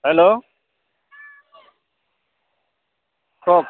hello কওক